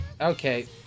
okay